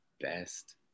best